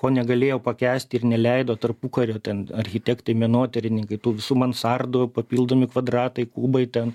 ko negalėjo pakęsti ir neleido tarpukario ten architektai menotyrininkai tų visų mansardų papildomi kvadratai kubai ten